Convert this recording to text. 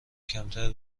کمتر